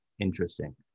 interesting